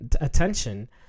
attention